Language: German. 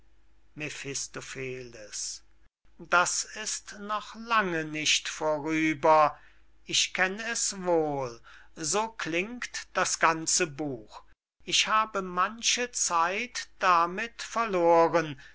das ist noch lange nicht vorüber ich kenn es wohl so klingt das ganze buch ich habe manche zeit damit verloren